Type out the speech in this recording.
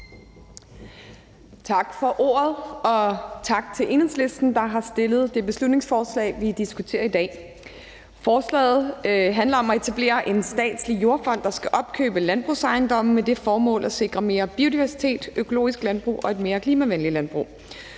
Tak for ordet, og tak til Enhedslisten, der har fremsat det beslutningsforslag, vi diskuterer i dag. Forslaget handler om at etablere en statslig jordfond, der skal opkøbe landbrugsejendomme med det formål at sikre mere biodiversitet, økologisk landbrug og et mere klimavenligt landbrug.